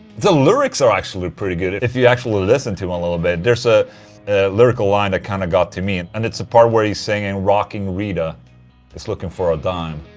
the lyrics are actually pretty good if you actually listen to them a little bit. there's a lyrical line that kind of got to me and and it's a part where he's singing rockin rita is looking for a dime'